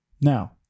Now